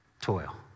Toil